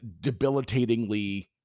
debilitatingly